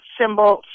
symbol